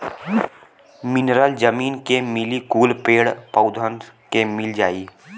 mineral जमीन के मिली कुल पेड़ पउधन के मिल जाई